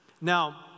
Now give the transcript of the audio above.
Now